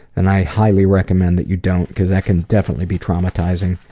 and i highly recommend that you don't because that can definitely be traumatizing.